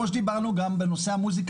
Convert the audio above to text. נכון, וזה כמו שדיברנו גם בנושא המוזיקה.